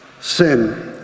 sin